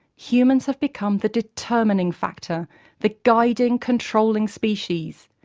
humans have become the determining factor the guiding, controlling species,